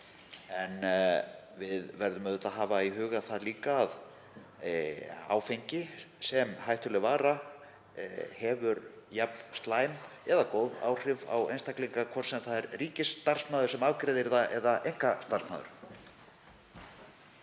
En við verðum auðvitað að hafa í huga líka að áfengi sem hættuleg vara hefur jafn slæm eða góð áhrif á einstaklinga, hvort sem það er ríkisstarfsmaður sem afgreiðir það eða starfsmaður